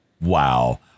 Wow